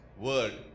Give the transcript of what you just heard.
word